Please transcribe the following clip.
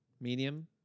Medium